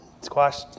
squash